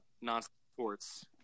non-sports